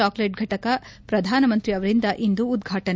chocolate ಘಟಕ ಪ್ರಧಾನಮಂತ್ರಿ ಅವರಿಂದ ಇಂದು ಉದ್ಘಾಟನೆ